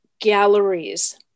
galleries